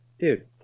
Dude